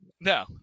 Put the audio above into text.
no